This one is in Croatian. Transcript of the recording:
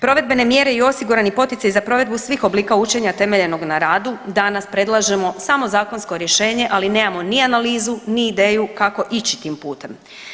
Provedbene mjere i osigurani poticaji za provedbu svih oblika učenja temeljenog na radu danas predlažemo samo zakonsko rješenje, ali nemamo ni analizu, ni ideju kako ići tim putem.